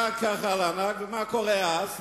המעיל, מה קורה אז?